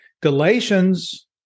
Galatians